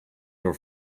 your